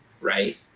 right